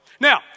Now